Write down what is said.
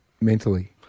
mentally